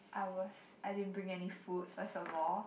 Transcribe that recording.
I was I didn't bring any food first of all